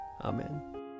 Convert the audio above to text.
Amen